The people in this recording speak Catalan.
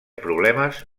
problemes